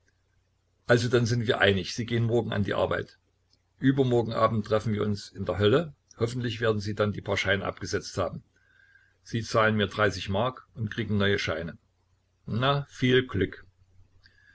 also dann sind wir einig sie gehen morgen an die arbeit übermorgen abend treffen wir uns in der hölle hoffentlich werden sie dann die paar scheine abgesetzt haben sie zahlen mir mark und kriegen neue scheine na viel glück